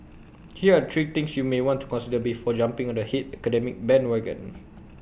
here are three things you may want to consider before jumping on the hate academic bandwagon